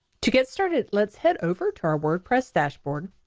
to get started let's head over to our wordpress dashboard.